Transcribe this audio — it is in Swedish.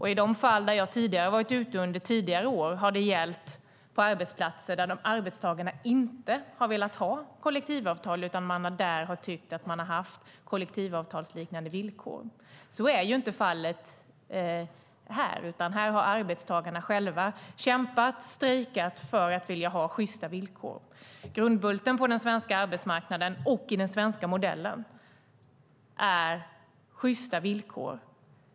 I de fall då jag har varit ute under tidigare år har det gällt arbetsplatser där arbetstagarna inte har velat ha kollektivavtal, utan man har där tyckt att man har haft kollektivavtalsliknande villkor. Så är inte fallet här, utan här har arbetstagarna själva kämpat och strejkat för att de vill ha sjysta villkor. Grundbulten på den svenska arbetsmarknaden och i den svenska modellen är sjysta villkor.